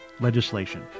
legislation